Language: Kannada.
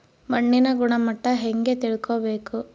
ಮಣ್ಣಿನ ಗುಣಮಟ್ಟ ಹೆಂಗೆ ತಿಳ್ಕೊಬೇಕು?